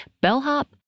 bellhop